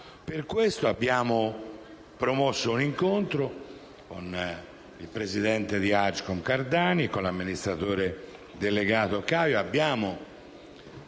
Per questo abbiamo promosso un incontro con il presidente di Agcom Cardani e con l'amministratore delegato Caio